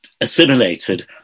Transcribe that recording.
assimilated